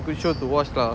good show to watch lah